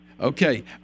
Okay